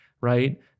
right